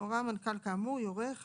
לבית מרקחת שהוא בהסדר עם